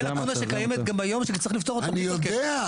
זו לקונה שקיימת גם היום שצריך לפתור אותה --- אני יודע,